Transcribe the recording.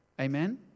Amen